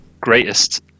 greatest